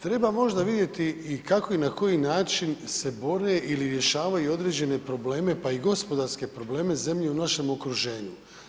Treba možda vidjeti i kako i na koji način se bore ili rješavaju određene probleme, pa i gospodarske probleme zemlje u našem okruženju.